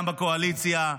גם בקואליציה.